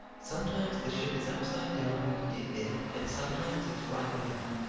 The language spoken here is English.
sometimes the ship is upside down when you get there, and sometimes it's right way up.